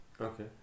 Okay